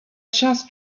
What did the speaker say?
just